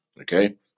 okay